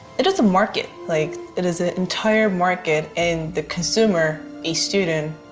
it is a market, like it is an entire market. and the consumer, a student,